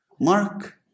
Mark